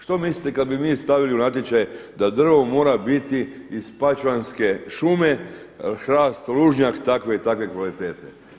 Što mislite kad bi mi stavili u natječaj da drvo mora biti iz Spačvanske šume, hrast lužnjak takve i takve kvalitete.